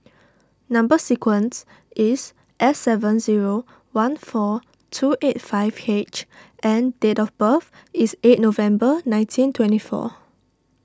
Number Sequence is S seven zero one four two eight five H and date of birth is eight November nineteen twenty four